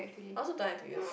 I also don't like to use